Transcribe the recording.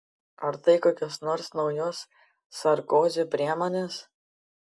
ar tai kokios nors naujos sarkozi priemonės